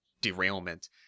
derailment